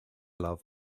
love